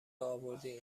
آوردی